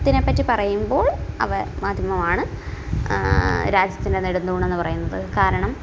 മാധ്യമത്തിനെപ്പറ്റി പറയുമ്പോൾ അവ മാധ്യമമാണ് രാജ്യത്തിൻ്റെ നെടുംതൂണ് എന്ന് പറയുന്നത് കാരണം